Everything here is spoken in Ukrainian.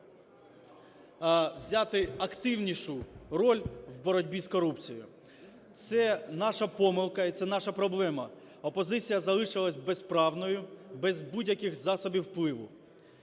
взяти активнішу роль в боротьбі з корупцію. Це наша помилка і це наша проблема – опозиція залишалася безправною, без будь-яких засобів впливу.